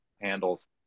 handles